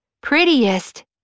prettiest